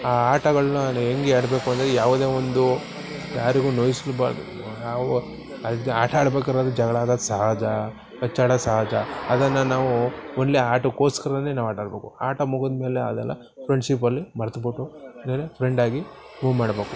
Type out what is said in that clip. ಆ ಆಟಗಳನ್ನ ನೀವು ಹೆಂಗೆ ಆಡಬೇಕು ಅಂದರೆ ಯಾವುದೇ ಒಂದು ಯಾರಿಗೂ ನೋಯಿಸ್ಲೂಬಾರ್ದು ನಾವು ಅದು ಆಟ ಆಡ್ಬೇಕಾದ್ರೆ ಅಲ್ಲಿ ಜಗಳ ಆಗೋದು ಸಹಜ ಕಚ್ಚಾಡೋದು ಸಹಜ ಅದನ್ನು ನಾವು ಓನ್ಲಿ ಆಟಕ್ಕೋಸ್ಕರವೇ ನಾವು ಆಟಾಡಬೇಕು ಆಟ ಮುಗಿದ್ಮೇಲೆ ಅದೆಲ್ಲ ಫ್ರೆಂಡ್ಶಿಪ್ಪಲ್ಲಿ ಮರ್ತ್ಬಿಟ್ಟು ಬೇರೆ ಫ್ರೆಂಡಾಗಿ ಮೂವ್ ಮಾಡ್ಬೇಕು